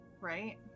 right